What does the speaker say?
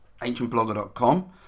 ancientblogger.com